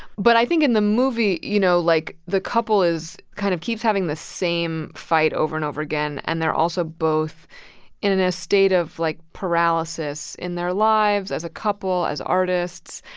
but i think in the movie, you know, like, the couple is kind of keeps having the same fight over and over again. and they're also both in in a state of, like, paralysis in their lives, as a couple, as artists.